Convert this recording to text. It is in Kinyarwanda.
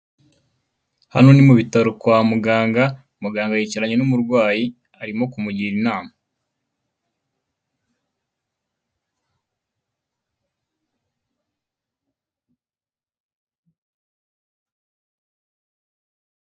Hano ni mubitaro kwa muganga, muganga yicaranye n'umurwayi arimo kumugira inama.